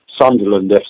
Sunderland